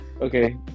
okay